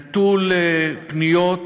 נטול פניות,